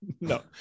no